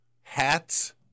hats